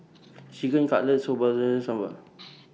Chicken Cutlet Soba Sambar